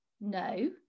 No